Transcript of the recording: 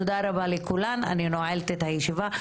תודה רבה לכולן, אני נועלת את הישבה.